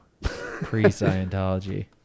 pre-Scientology